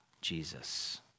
Jesus